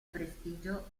prestigio